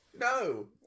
No